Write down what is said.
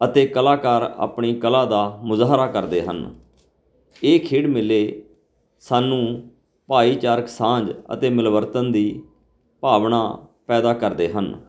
ਅਤੇ ਕਲਾਕਾਰ ਆਪਣੀ ਕਲਾ ਦਾ ਮੁਜ਼ਾਹਰਾ ਕਰਦੇ ਹਨ ਇਹ ਖੇਡ ਮੇਲੇ ਸਾਨੂੰ ਭਾਈਚਾਰਕ ਸਾਂਝ ਅਤੇ ਮਿਲਵਰਤਨ ਦੀ ਭਾਵਨਾ ਪੈਦਾ ਕਰਦੇ ਹਨ